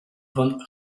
von